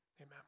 Amen